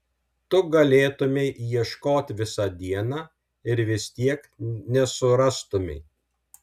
tu galėtumei ieškot visą dieną ir vis tiek nesurastumei